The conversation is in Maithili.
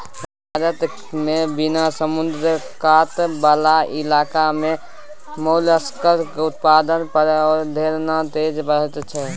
भारत मे बिना समुद्र कात बला इलाका मे मोलस्का केर उत्पादन पर धेआन देल जाइत छै